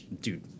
dude